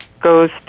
goes